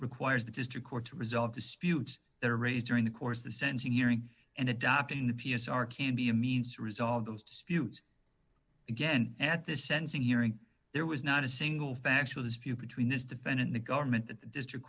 requires the district court to resolve disputes that are raised during the course the sensing hearing and adopting the p s are can be a means to resolve those disputes again at the sensing hearing there was not a single factual dispute between this defendant the government the district